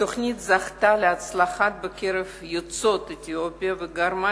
התוכנית זכתה להצלחה בקרב יוצאות אתיופיה וגרמה